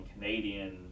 Canadian